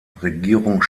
regierung